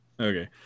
Okay